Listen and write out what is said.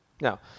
Now